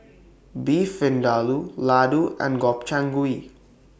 Beef Vindaloo Ladoo and Gobchang Gui